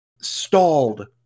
stalled